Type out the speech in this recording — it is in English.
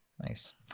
Nice